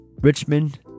Richmond